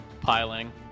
piling